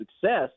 success